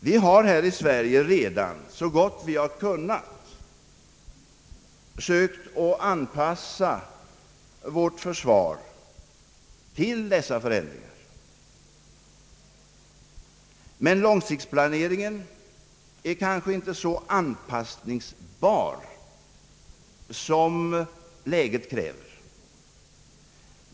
Vi har här i Sverige redan så gott vi har kunnat sökt anpassa vårt försvar till dessa förändringar. Men långsiktsplaneringen är kanske inte så anpassningsbar som läget kräver.